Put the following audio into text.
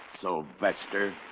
Sylvester